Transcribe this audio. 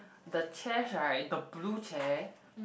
the chairs right the blue chair